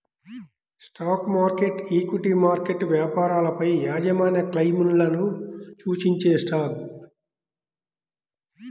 stock market, equity market వ్యాపారాలపైయాజమాన్యక్లెయిమ్లను సూచించేస్టాక్